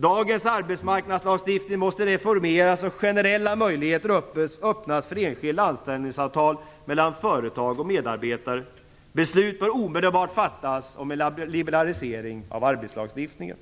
Dagens arbetsmarknadslagstiftning måste reformeras och generella möjligheter öppnas för enskilda anställningsavtal mellan företag och medarbetare. Beslut bör omedelbart fattas om en liberalisering av arbetslagstiftningen.